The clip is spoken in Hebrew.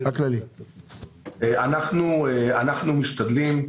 אנחנו משתדלים,